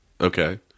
okay